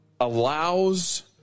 allows